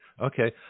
Okay